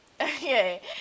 Okay